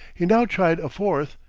he now tried a fourth,